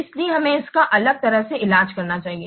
इसलिए हमें इसका अलग तरह से इलाज करना चाहिए